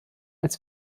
als